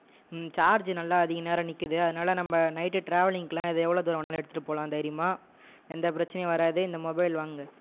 charge நல்லா அதிக நேரம் நிற்குது அதனாலே நம்ப நைட்டு டிராவலிங்குலாம் எவ்வளோ தூரம் வேணாலும் எடுத்துகிட்டு போகலாம் தைரியமாக எந்த பிரச்சினையும் வராது இந்த மொபைல் வாங்குங்கள்